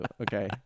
okay